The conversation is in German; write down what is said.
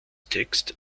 text